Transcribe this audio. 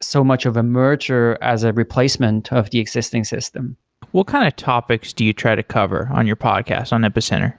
so much of a merger as a replacement of the existing system what kind of topics do you try to cover on your podcast on epicenter?